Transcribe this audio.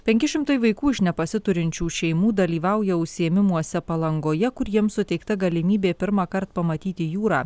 penki šimtai vaikų iš nepasiturinčių šeimų dalyvauja užsiėmimuose palangoje kur jiem suteikta galimybė pirmąkart pamatyti jūrą